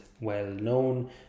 well-known